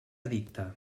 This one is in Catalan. edicte